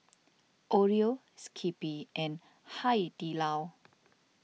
Oreo Skippy and Hai Di Lao